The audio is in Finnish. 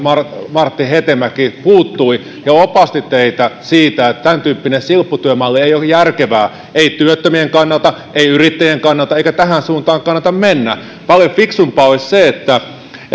martti hetemäki puuttui ja opasti teitä siinä että tämäntyyppinen silpputyömalli ei ole järkevä ei työttömien kannalta ei yrittäjien kannalta eikä tähän suuntaan kannata mennä paljon fiksumpaa olisi se että